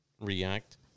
react